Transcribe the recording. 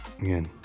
again